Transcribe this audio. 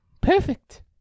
perfect